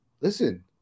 listen